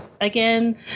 again